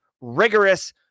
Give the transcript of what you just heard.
rigorous